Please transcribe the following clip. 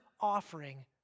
offering